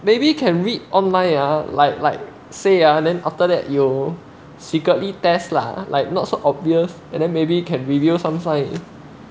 maybe can read online uh like like say ah then after that you secretly test lah like not so obvious and then maybe you can reveal some sign